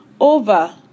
over